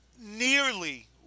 nearly